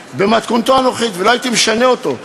במתכונתו הנוכחית, ולא הייתי משנה אותו.